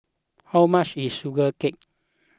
how much is Sugee Cake